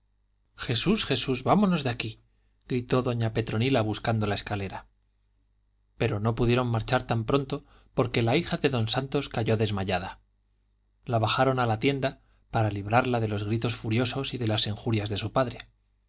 jesús jesús vámonos de aquí gritó doña petronila buscando la escalera pero no pudieron marchar tan pronto porque la hija de don santos cayó desmayada la bajaron a la tienda para librarla de los gritos furiosos y de las injurias de su padre